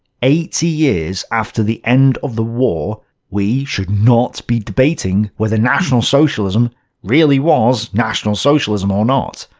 eighty-years after the end of the war, we should not be debating whether national socialism really was national socialism or not.